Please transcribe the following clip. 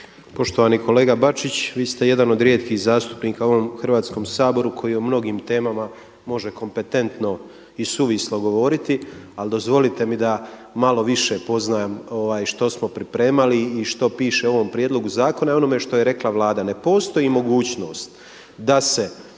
Poštovani kolega Bačić, vi ste jedan od rijetkih zastupnika u ovom Hrvatskom saboru koji o mnogim temama može kompetentno i suvislo govoriti ali dozvolite mi da malo više poznajem što smo pripremali i što piše u ovom prijedlogu zakona i onome što je rekla Vlada. Ne postoji mogućnost da se,